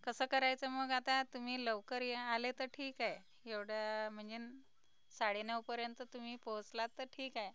कसं करायचं मग आता तुम्ही लवकर या आले तर ठीक आहे एवढा म्हणजे साडे नऊ पर्यंत तुम्ही पोहोचलात तर ठीक आहे